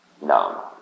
No